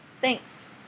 Thanks